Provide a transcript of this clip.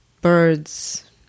birds